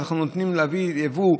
וכשאנחנו נותנים להביא יבוא חופשי,